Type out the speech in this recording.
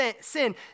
sin